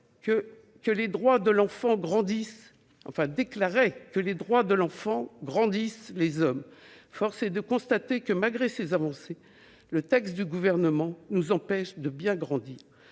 des droits de l'enfant (CIDE) avait pour slogan :« Les droits de l'enfant grandissent les hommes ». Force est de constater que, malgré ces avancées, le texte du Gouvernement nous empêche de bien grandir.